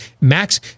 Max